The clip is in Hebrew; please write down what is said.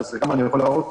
אז אני יכול להראות.